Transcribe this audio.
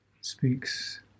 speaks